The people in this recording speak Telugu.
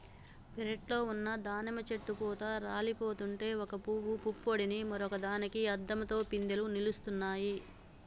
పెరట్లో ఉన్న దానిమ్మ చెట్టు పూత రాలిపోతుంటే ఒక పూవు పుప్పొడిని మరొక దానికి అద్దంతో పిందెలు నిలుస్తున్నాయి